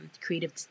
creative